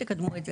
תקדמו את זה.